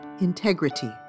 integrity